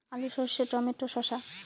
আলু সর্ষে টমেটো শসা